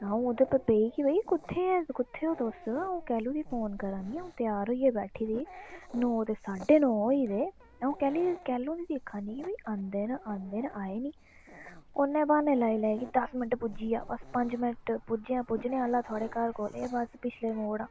आ'ऊं ओह्दे पर पेई कि भई कुत्थें ऐं कुत्थे ओ तुस आ'ऊं कैलु दी फोन करां नी आ'ऊं तेआर होइयै बैठी दी नौ दे साड्डे नौ होई गेदे आ'ऊं कैल्ली कैलुं दी दिक्खा नी भई आंदे न आंदे न आए नी उन्नै ब्हान्ने लाई लाई कि दस पुज्जी गेआ बस पंज मैंट्ट पुज्जेआ पुज्जेआ पुज्जने आह्ला थोआढ़े घर कोल एह् बस पिछले मोड़ आं